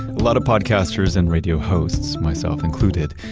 a lot of podcasters and radio hosts, myself included,